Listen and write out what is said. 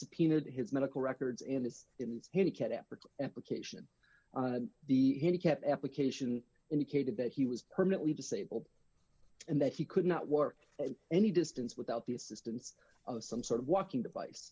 subpoenaed his medical records and is in the handicapper application on the handicapped application indicated that he was permanently disabled and that he could not work any distance without the assistance of some sort of walking device